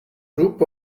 group